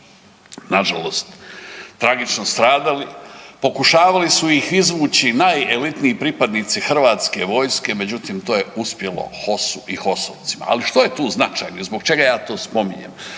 nažalost tragično stradali. Pokušavali su iz izvući najelitniji pripadnici hrvatske vojske međutim to je uspjelo HOS-u i HOS-ovcima, ali što je tu značajno i zbog čega ja to spominjem.